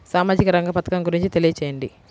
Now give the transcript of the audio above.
సామాజిక రంగ పథకం గురించి తెలియచేయండి?